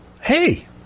Hey